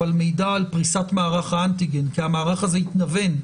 מידע על פריסת מערך האנטיגן כי המערך הזה התנוון.